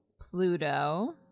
Pluto